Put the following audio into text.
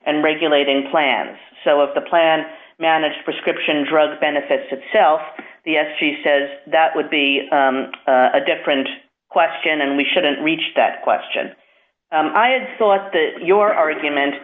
and regulating plans so if the plan managed prescription drug benefits itself the s c says that would be a different question and we shouldn't reach that question i had thought that your argument